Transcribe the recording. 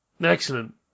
Excellent